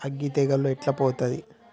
అగ్గి తెగులు ఎట్లా పోతది?